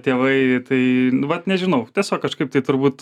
tėvai tai vat nežinau tiesiog kažkaip tai turbūt